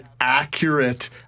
accurate